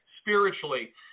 spiritually